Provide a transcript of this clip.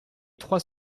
trois